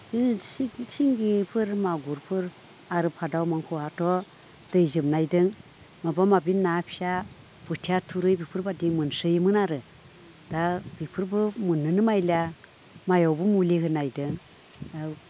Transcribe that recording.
ओइ सिल सिंगिफोर मागुरफोर आरो भाद' मांखावथ' दैजोबनायदों माबा माबि ना फिसा बोथिया थुरि बेफोरबायदि मोनसोयोमोन आरो दा इफोरबो मोननोनो मायलिया माइआवबो मुलि होनायदों दा